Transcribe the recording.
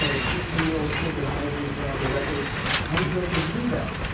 so the fifteen year old kid that hires me to play on the record how would you like me to do that?